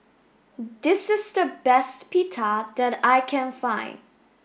this is the best Pita that I can find